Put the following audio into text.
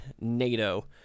NATO